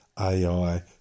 AI